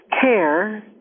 care